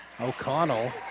O'Connell